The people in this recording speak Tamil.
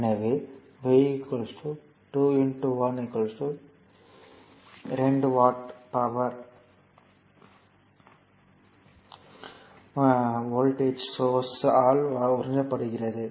எனவே இது V 2 1 2 watt power voltage source ஆல் உறிஞ்சப்படுகிறது